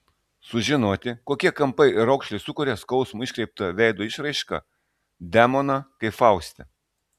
sužinoti kokie kampai ir raukšlės sukuria skausmo iškreiptą veido išraišką demoną kaip fauste